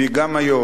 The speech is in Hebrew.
והיא גם היום,